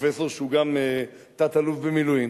הפרופסור שהוא גם תת-אלוף במילואים,